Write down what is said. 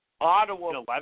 Ottawa